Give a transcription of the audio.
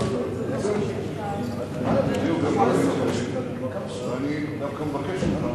אני מבטיח לך ואני דווקא מבקש ממך,